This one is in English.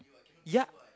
yeah